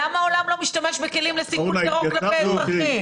למה העולם לא משתמש בכלים לסיכול טרור כלפי אזרחים?